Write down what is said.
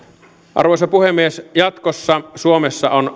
arvoisa puhemies jatkossa suomessa on